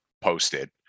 posted